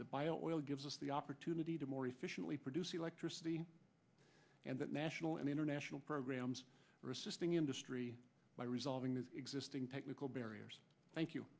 the buyout oil gives us the opportunity to more efficiently produce electricity and that national and international programs are assisting industry by resolving the existing technical barriers thank you